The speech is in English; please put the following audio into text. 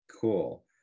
Cool